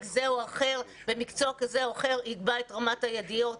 זה או אחר במקצוע כזה או אחר יקבע את רמת הידיעות,